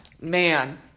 man